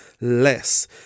less